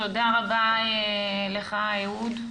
תודה רבה לך, אהוד.